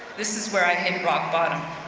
this is where i hit rock bottom.